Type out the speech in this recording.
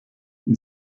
and